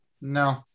no